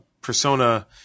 persona